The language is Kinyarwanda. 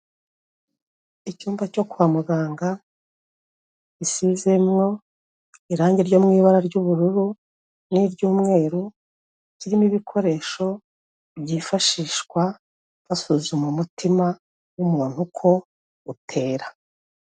Icyumba cyo kwa muganga, gisizemo irangi ryo mu ibara ry'ubururu, n'iry'umweru, kirimo ibikoresho byifashishwa basuzuma umutima w'umuntu ko, utera.